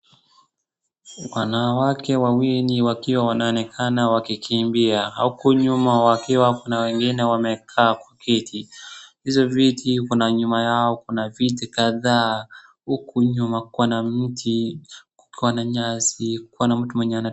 Wanawake wawili wakiwa wanaonekana wakikimbia huku nyuma wakiwa kuna wengine wamekaa kwa kiti. Hizo viti kuna nyuma yao kuna viti kadhaa huku nyuma kuna mti, kukiwa na nyasi kuna mtu mwenye ana.